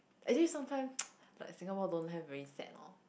actually sometime like Singapore don't have very sad orh